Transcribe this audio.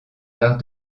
arts